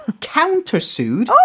countersued